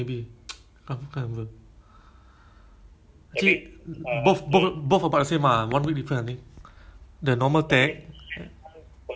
no I think now they they make more centres ah I think they I think dia orang there's no way they can do in a big hall [what] kan